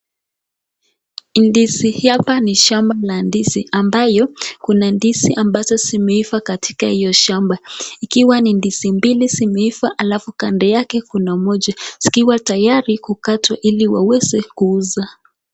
Ndizi hapa ni shamba la ndizi ambaye kuna ndizi ambazo zimeiva katika hiyo shamba, ikiwa ni ndizi mbili zimeiva alafu kando yake kuna moja zikiwa tayari ili waweze kuiva.